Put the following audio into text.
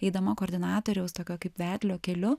eidama koordinatoriaus tokio kaip vedlio keliu